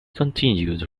continued